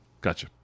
Gotcha